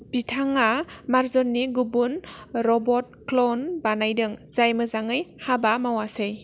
बिथाङा मार्जनि गुबुन रब'ट क्लन बानायदों जाय मोजाङै हाबा मावासै